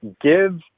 give